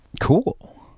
Cool